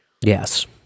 Yes